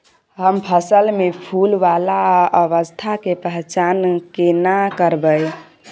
हम फसल में फुल वाला अवस्था के पहचान केना करबै?